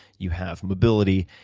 you have mobility,